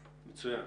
מצוין.